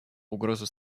угрозу